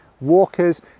walkers